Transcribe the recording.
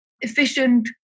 efficient